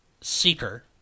Seeker